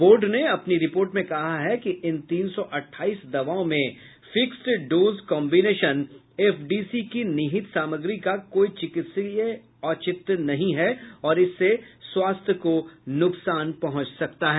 board ने अपनी report में कहा है कि तीन सौ अट्ठाईस दवाओं में फिक्सड डोज कॉम्बिनेशन एफडीसी की निहित सामग्री का कोई चिक्तिसीय औचित्य नहीं है और इससे स्वास्थ्य को नुकसान पहुंच सकता है